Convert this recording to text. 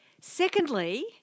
Secondly